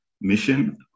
mission